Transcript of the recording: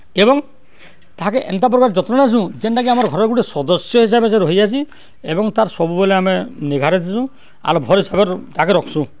ଏବଂ ତାହାକେ ଏନ୍ତା ପ୍ରକାର୍ ଯତ୍ନ ନେସୁଁ ଯେନ୍ଟାକି ଆମର୍ ଘରର୍ ଗୁଟେ ସଦସ୍ୟ ହିସାବେ ଯେ ରହିଯାଏସି ଏବଂ ତାର୍ ସବୁବେଲେ ଆମେ ନିଘାରେ ଥିସୁଁ ଆର୍ ଭଲ୍ ହିସାବ୍ରେ ତାକେ ରଖ୍ସୁଁ